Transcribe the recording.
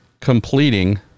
completing